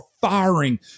firing